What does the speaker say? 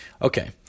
Okay